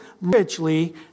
richly